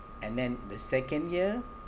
and then the second year